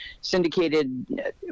syndicated